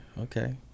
okay